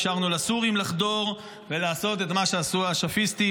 אפשרנו לסורים לחדור ולעשות את מה שעשו האש"פיסטים,